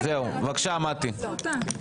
בבקשה, מטי.